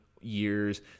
years